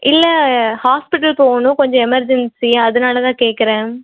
இல்லை ஹாஸ்பிட்டல் போகணும் கொஞ்சம் எமெர்ஜென்சி அதனால தான் கேட்கறேன்